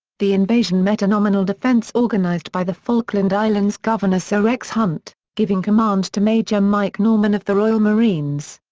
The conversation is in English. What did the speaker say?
the invasion met a nominal defence organised by the falkland islands' governor sir rex hunt, giving command to major mike norman of the royal marines.